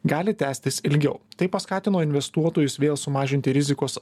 gali tęstis ilgiau tai paskatino investuotojus vėl sumažinti rizikos